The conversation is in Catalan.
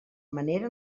manera